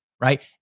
right